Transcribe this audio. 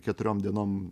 keturiom dienom